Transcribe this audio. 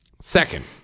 Second